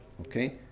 Okay